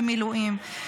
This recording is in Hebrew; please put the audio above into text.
במילואים,